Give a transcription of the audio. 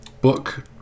Book